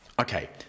Okay